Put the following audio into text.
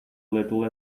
little